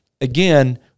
again